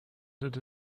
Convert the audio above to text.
did